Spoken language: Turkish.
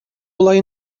olayı